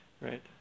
right